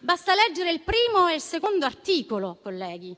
Basta leggere il primo e il secondo articolo, colleghi,